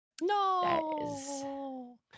No